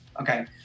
Okay